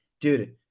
dude